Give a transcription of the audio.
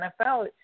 NFL